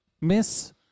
Miss